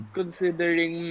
considering